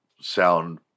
sound